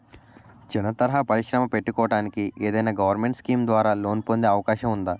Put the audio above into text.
చిన్న తరహా పరిశ్రమ పెట్టుకోటానికి ఏదైనా గవర్నమెంట్ స్కీం ద్వారా లోన్ పొందే అవకాశం ఉందా?